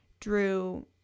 Drew